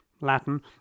Latin